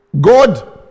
God